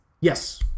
yes